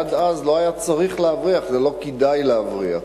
עד אז לא היה צריך להבריח ולא היה כדאי להבריח.